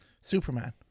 Superman